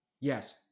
Yes